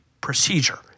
procedure